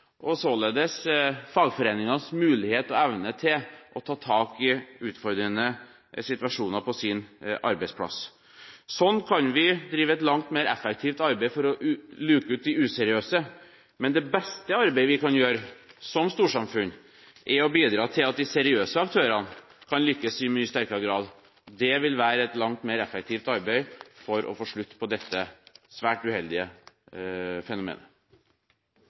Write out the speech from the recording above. og således fagforeningenes mulighet og evne til å ta tak i utfordrende situasjoner på sin arbeidsplass. Sånn kan vi drive et langt mer effektivt arbeid for å luke ut de useriøse. Men det beste arbeidet vi kan gjøre som storsamfunn, er å bidra til at de seriøse aktørene kan lykkes i mye sterkere grad. Det vil være et langt mer effektivt arbeid for å få slutt på dette svært uheldige fenomenet.